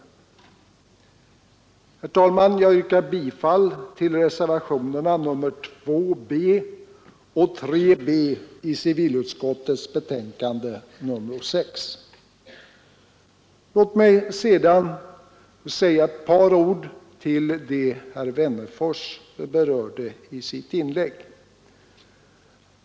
Herr talman! Jag yrkar bifall till reservationerna 2 b och 3b vid civilutskottets betänkande nr 6. Låt mig sedan säga några ord med anledning av det som herr Wennerfors berörde i sitt inlägg.